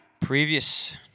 Previous